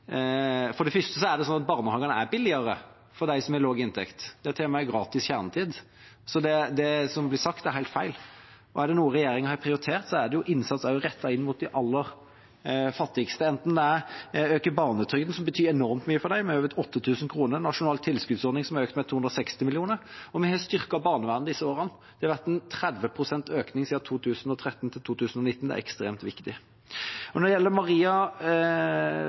For det første er det sånn at barnehagene er billigere for dem som har lav inntekt, det er til og med gratis kjernetid, så det som blir sagt, er helt feil. Er det noe regjeringa har prioritert, er det innsats rettet inn mot de aller fattigste, som å øke barnetrygden med over 8 000 kr, som betyr enormt mye for dem, nasjonal tilskuddsordning, som er økt med 260 mill. kr, og at vi har styrket barnevernet disse årene. Det har vært en 30 pst. økning fra 2013 til 2019. Det er ekstremt viktig. Når det gjelder